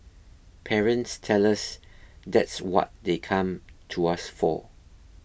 parents tell us that's what they come to us for